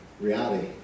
reality